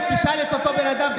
תשאל את אותו בן אדם,